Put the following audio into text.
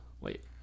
Wait